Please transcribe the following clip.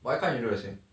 why can't you do the same